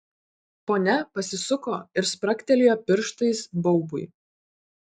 ponia pasisuko ir spragtelėjo pirštais baubui